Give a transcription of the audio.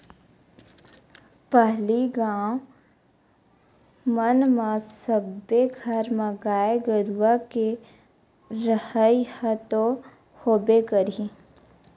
पहिली गाँव मन म सब्बे घर म गाय गरुवा के रहइ ह तो होबे करही